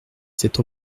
cette